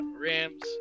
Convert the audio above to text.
Rams